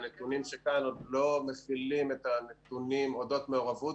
הנתונים כאן עוד לא מכילים את הנתונים אודות מעורבות,